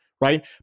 Right